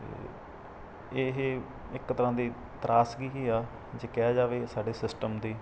ਅਤੇ ਇਹ ਇੱਕ ਤਰ੍ਹਾਂ ਦੀ ਤਰਾਸਦੀ ਹੀ ਆ ਜੇ ਕਿਹਾ ਜਾਵੇ ਸਾਡੇ ਸਿਸਟਮ ਦੀ